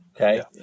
Okay